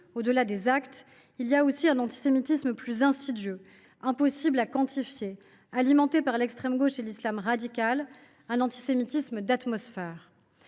au delà des actes, il y a aussi un antisémitisme plus insidieux, impossible à quantifier, alimenté par l’extrême gauche et l’islam radical, un antisémitisme d’atmosphère.